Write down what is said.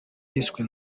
yiswe